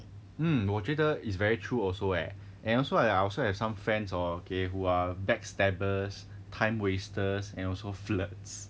嗯我觉得 it's very true also eh and also I also have some friends hor K who are back stabbers time wasters and also flirts